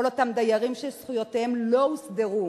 כל אותם דיירים שזכויותיהם לא הוסדרו